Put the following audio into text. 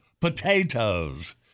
potatoes